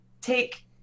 take